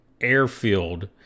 airfield